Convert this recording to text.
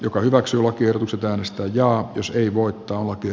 joka hyväksyy lakiehdotukset äänestää jaa kysyy voittoonkin